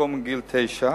במקום גיל תשע,